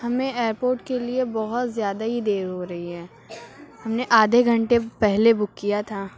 ہمیں airport کے لیے بہت زیادہ ہی دیر ہو رہی ہے ہم نے آدھے گھنٹے پہلے بک کیا تھا